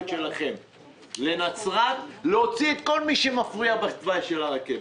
שלכם לנצרת להוציא את כל מי שמפריע בתוואי של הרכבת.